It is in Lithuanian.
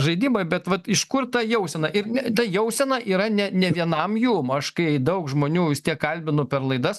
žaidimai bet vat iš kur ta jausena ir ta jausena yra ne ne vienam jum aš kai daug žmonių vis tiek kalbinu per laidas